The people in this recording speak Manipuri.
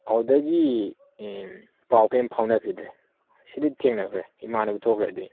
ꯑꯗꯨꯗꯒꯤ ꯄꯥꯎ ꯀꯔꯤꯝ ꯐꯥꯎꯅꯈꯤꯗ꯭ꯔꯦ ꯁꯤꯗꯤ ꯊꯦꯡꯅꯈ꯭ꯔꯦ ꯏꯃꯥꯅꯕ ꯊꯣꯛꯈ꯭ꯔꯦ ꯑꯗꯨꯒꯤ